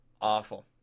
Awful